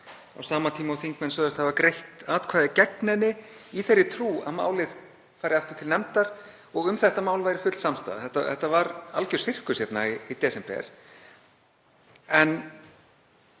á sama tíma og þingmenn sögðust hafa greitt atkvæði gegn henni í þeirri trú að málið færi aftur til nefndar og að um málið væri full samstaða. Þetta var alger sirkus í desember, en